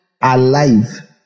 alive